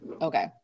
Okay